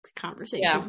conversation